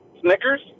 Snickers